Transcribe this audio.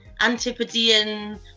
antipodean